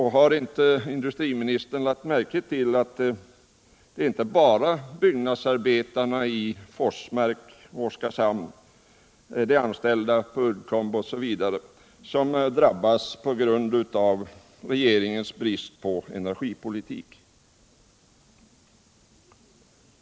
Har inte industriministern lagt märke till att det inte bara är byggnadsarbetarna i Forsmark och Oskarshamn och de anställda vid Uddcomb som drabbas av regeringens brist på energipolitik?